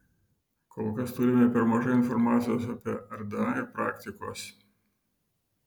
kol kas turime per mažai informacijos apie rda ir praktikos